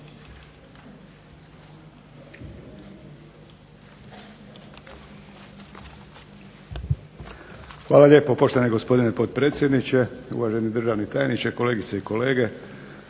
Hvala lijepo. Poštovani gospodine potpredsjedniče, uvaženi državni tajniče, kolegice i kolege